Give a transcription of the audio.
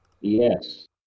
Yes